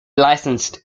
licensed